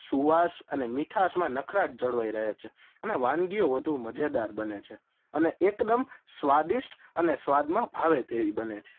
સુવાસ અને મીઠાશમાં નખરાટ જળવાઈ રહે છે અને વાનગીઓ વધુ મજેદાર બને છે અને એકદમ સ્વાદિષ્ટ અને સ્વાદમાં ભાવે તેવી બને છે